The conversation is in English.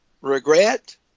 regret